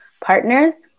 partners